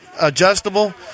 adjustable